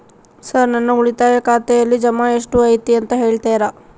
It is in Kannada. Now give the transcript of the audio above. ಸರ್ ನನ್ನ ಉಳಿತಾಯ ಖಾತೆಯಲ್ಲಿ ಜಮಾ ಎಷ್ಟು ಐತಿ ಅಂತ ಹೇಳ್ತೇರಾ?